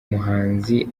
muhanzi